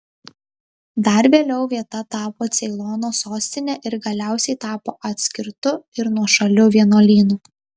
dar vėliau vieta tapo ceilono sostine ir galiausiai tapo atskirtu ir nuošaliu vienuolynu